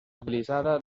utilitzada